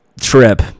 trip